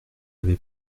avez